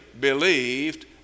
believed